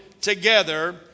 together